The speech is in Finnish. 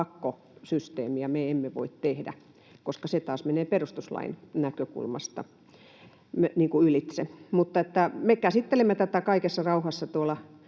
pakkosysteemiä me emme voi tehdä, koska se taas menee perustuslain näkökulmasta ylitse. Me käsittelemme tätä kaikessa rauhassa